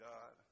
God